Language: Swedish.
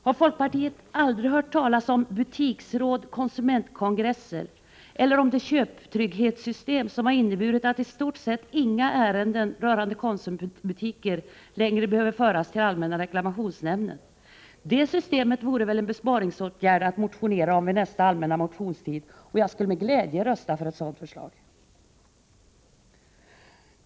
Har folkpartiet aldrig hört talas om butiksråd och konsumentkongresser eller om det köptrygghetssystem som har inneburit att i stort sett inga ärenden rörande Konsumbutiker längre behöver föras till allmänna reklamationsnämnden? Att tillämpa ett sådant system vore väl en besparingsåtgärd att motionera om under nästa allmänna motionstid. Jag skulle med glädje rösta för ett sådant förslag.